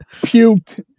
puked